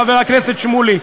חבר הכנסת שמולי,